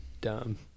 dumb